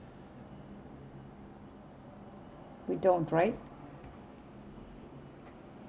we don't right